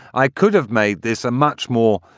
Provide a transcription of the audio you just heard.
i could have made this a much more,